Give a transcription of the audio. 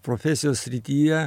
profesijos srityje